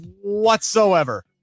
whatsoever